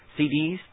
CDs